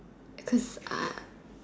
cause I